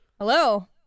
Hello